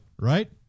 Right